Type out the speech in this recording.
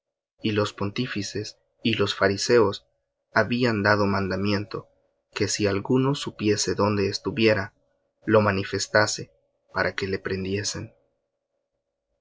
y los pontífices y los fariseos habían dado mandamiento que si alguno supiese dónde estuviera lo manifestase para que le prendiesen